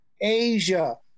Asia